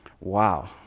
wow